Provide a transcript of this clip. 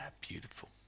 beautiful